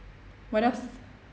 what else